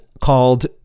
called